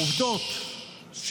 העובדות,